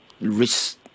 risk